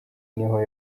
niho